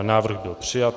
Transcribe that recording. Návrh byl přijat.